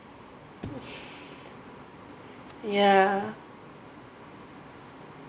ya